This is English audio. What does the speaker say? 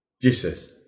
Jesus